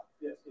Yes